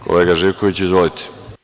Kolega Živkoviću, izvolite.